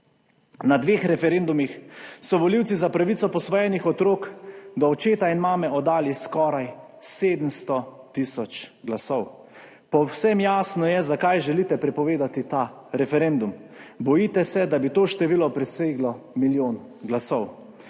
Na dveh referendumih so volivci za pravico posvojenih otrok do očeta in mame oddali skoraj 700 tisoč glasov. Povsem jasno je, zakaj želite prepovedati ta referendum. Bojite se, da bi to število preseglo milijon glasov.